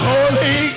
Holy